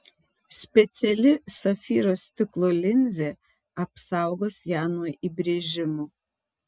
speciali safyro stiklo linzė apsaugos ją nuo įbrėžimų